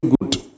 good